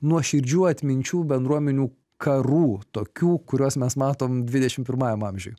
nuoširdžių atminčių bendruomenių karų tokių kuriuos mes matom dvidešim pirmajam amžiuj